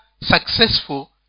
successful